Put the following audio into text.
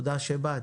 תודה שבאת.